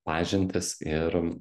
pažintys ir